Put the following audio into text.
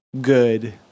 good